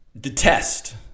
Detest